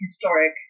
historic